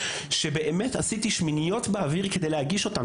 שבאמת עשיתי שמיניות באוויר כדי להגיש אותם.